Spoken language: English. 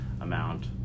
amount